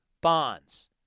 Bonds